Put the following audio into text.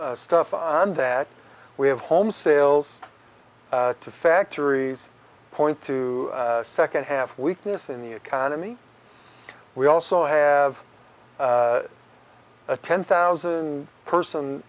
stuff on that we have home sales to factories point to second half weakness in the economy we also have a ten thousand person